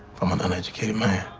from an uneducated man.